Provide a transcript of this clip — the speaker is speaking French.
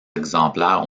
exemplaires